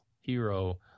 hero